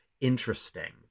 Interesting